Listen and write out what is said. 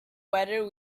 whether